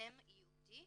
מתאם ייעודי